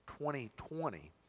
2020